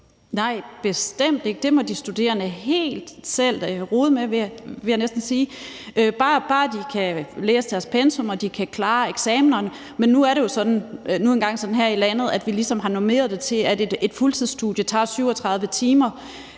Nej, bestemt ikke – det må de studerende helt selv rode med, vil jeg næsten sige, bare de kan læse deres pensum og kan klare deres eksamener. Men nu er det jo engang sådan her i landet, at vi har normeret det til, at et fuldtidsstudie tager 37 timer